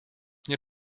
nie